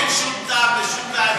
אין שום טעם בשום ועדה.